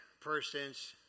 persons